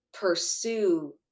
pursue